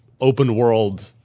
open-world